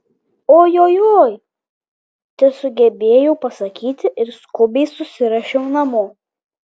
ojojoi tesugebėjau pasakyti ir skubiai susiruošiau namo